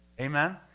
Amen